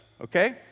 okay